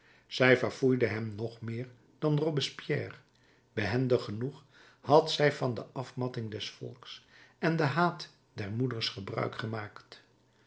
zij verfoeide hem nog meer dan robespierre behendig genoeg had zij van de afmatting des volks en den haat der moeders gebruik gemaakt